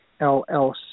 LLC